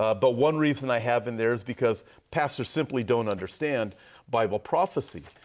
um but one reason i have in there is because pastors simply don't understand bible prophecy.